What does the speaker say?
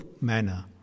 manner